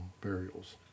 burials